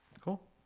Cool